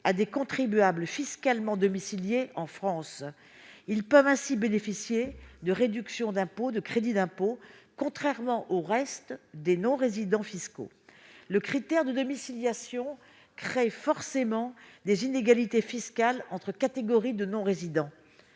à des contribuables fiscalement domiciliés en France. Ils peuvent ainsi bénéficier de réductions d'impôt ou de crédits d'impôt, contrairement au reste des non-résidents fiscaux. Le critère de domiciliation crée forcément des inégalités fiscales entre les différentes catégories de non-résidents.